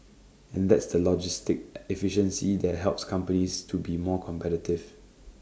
and that's the logistic efficiency that helps companies to be more competitive